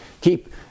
keep